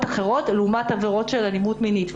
אחרות לבין פנייה על עבירות של אלימות מינית.